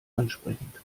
ansprechend